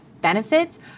benefits